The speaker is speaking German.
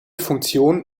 funktionen